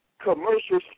commercial